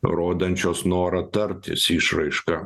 rodančios noro tartis išraiška